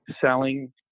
selling